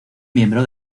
miembro